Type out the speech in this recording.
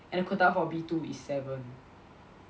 and the quota for B two is seven